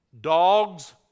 dogs